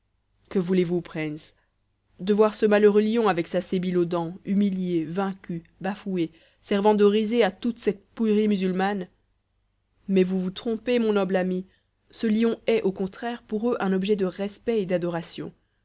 voulez vous préïnce de voir ce malheureux lion avec sa sébile aux dents humilié vaincu bafoué servant de risée à toute cette pouillerie musulmane mais vous vous trompez mon noble ami ce lion est au contraire pour eux un objet de respect et d'adoration